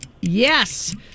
Yes